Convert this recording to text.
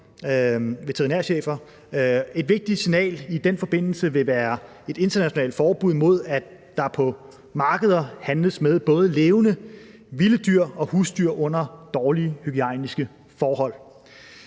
veterinærchefer. Et vigtigt signal i den forbindelse vil være et internationalt forbud mod, at der på markeder handles med både levende vilde dyr og husdyr under dårlige hygiejniske forhold.